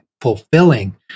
fulfilling